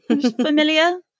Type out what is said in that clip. Familiar